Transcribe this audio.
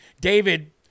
David